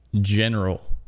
general